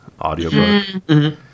audiobook